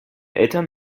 eltern